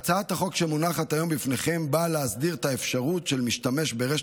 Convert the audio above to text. הצעת החוק שמונחת היום בפניכם באה להסדיר את האפשרות של משתמש ברשת